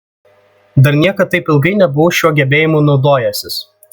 dar niekad taip ilgai nebuvau šiuo gebėjimu naudojęsis